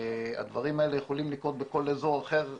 והדברים האלה יכולים לקרות בכל אזור אחר בארץ,